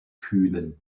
fühlen